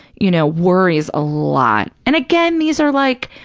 you know, worries a lot, and again, these are like,